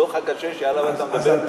הדוח הקשה שעליו אתה מדבר הוא לא על 2013,